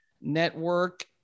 Network